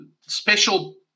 special